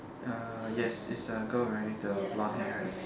uh yes it's a girl right with the blonde hair right